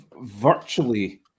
virtually